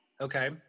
Okay